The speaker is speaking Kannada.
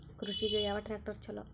ಕೃಷಿಗ ಯಾವ ಟ್ರ್ಯಾಕ್ಟರ್ ಛಲೋ?